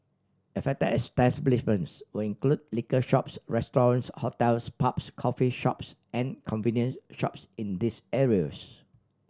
affected establishments will include liquor shops restaurants hotels pubs coffee shops and convenience shops in these areas